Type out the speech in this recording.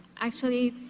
actually,